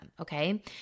Okay